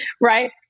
right